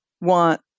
want